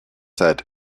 said